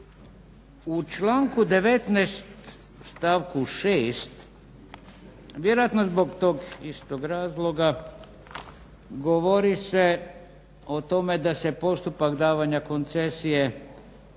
U članku 19. stavku 6. vjerojatno zbog tog istog razloga govori se o tome da se postupak davanja koncesije